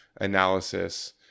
analysis